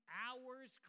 hours